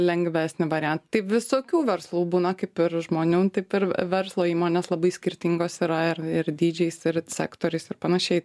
lengvesnį varian tai visokių verslų būna kaip ir žmonių taip ir verslo įmonės labai skirtingos yra ir ir dydžiais ir sektoriais ir panašiai